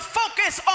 focus